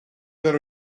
there